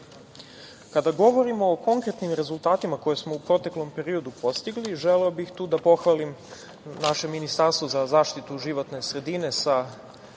govorimo o konkretnim rezultatima, koje smo u proteklom periodu postigli, želeo bih tu da pohvalim naše Ministarstvo za zaštitu životne sredine, sa